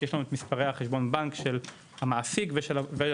כי יש לנו את מספרי חשבונות הבנק של המעסיק ושל הפועל.